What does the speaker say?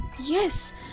Yes